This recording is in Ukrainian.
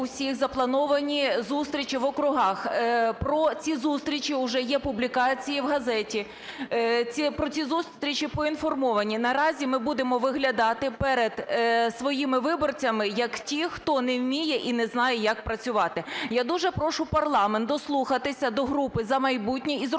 всіх заплановані зустрічі в округах. Про ці зустрічі вже є публікації в газеті, про ці зустрічі поінформовані. Наразі ми будемо виглядати перед своїми виборцями як ті, хто не вміє і не знає, як працювати. Я дуже прошу парламент дослухатися до групи "За майбутнє" і зрозуміти,